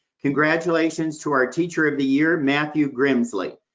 congratulations to our teacher of the year, matthew grimsley.